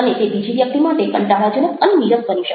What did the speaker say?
અને તે બીજી વ્યક્તિ માટે કંટાળાજનક અને નીરસ બની શકે